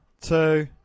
two